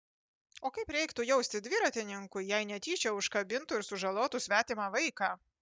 o kaip reiktų jaustis dviratininkui jei netyčia užkabintų ir sužalotų svetimą vaiką